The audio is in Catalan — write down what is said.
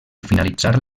finalitzar